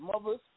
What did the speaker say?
mothers